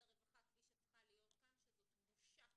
הרווחה כפי שצריכה להיות כאן וזאת בושה.